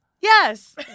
Yes